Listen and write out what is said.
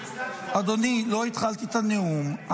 אדוני, לא התחלתי את הנאום.